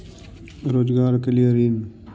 रोजगार के लिए ऋण?